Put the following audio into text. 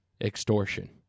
extortion